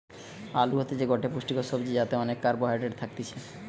আলু হতিছে গটে পুষ্টিকর সবজি যাতে অনেক কার্বহাইড্রেট থাকতিছে